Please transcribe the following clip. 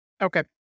Okay